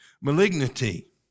Malignity